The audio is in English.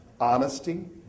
Honesty